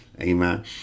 Amen